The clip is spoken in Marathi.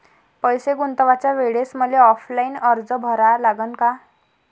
पैसे गुंतवाच्या वेळेसं मले ऑफलाईन अर्ज भरा लागन का?